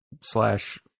slash